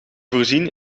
voorzien